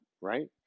right